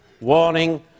warning